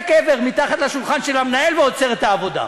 קבר מתחת לשולחן של המנהל ועוצר את העבודה.